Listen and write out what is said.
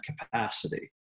capacity